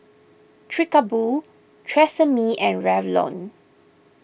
Chic A Boo Tresemme and Revlon